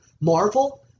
Marvel